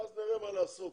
אז נראה מה לעשות,